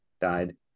died